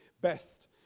best